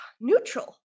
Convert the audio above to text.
neutral